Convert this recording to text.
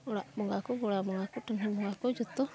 ᱚᱲᱟᱜ ᱵᱚᱸᱜᱟ ᱠᱚ ᱜᱚᱲᱟ ᱵᱚᱸᱜᱟ ᱠᱚ ᱴᱟᱺᱰᱤ ᱵᱚᱸᱜᱟ ᱠᱚ ᱡᱚᱛᱚ